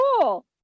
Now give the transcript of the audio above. cool